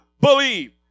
believe